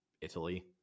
Italy